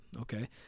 okay